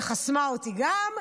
שחסמה אותי גם,